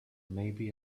maybe